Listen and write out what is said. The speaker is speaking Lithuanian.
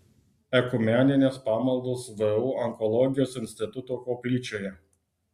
ekumeninės pamaldos vu onkologijos instituto koplyčioje